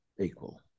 equal